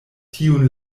tiun